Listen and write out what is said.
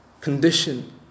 condition